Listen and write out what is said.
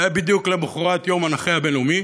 זה היה בדיוק למחרת יום הנכה הבין-לאומי,